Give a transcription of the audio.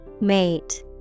Mate